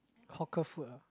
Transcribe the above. hawker food ah